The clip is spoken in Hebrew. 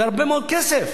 זה הרבה מאוד כסף,